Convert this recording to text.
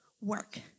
work